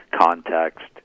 context